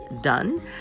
done